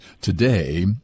today